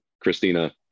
Christina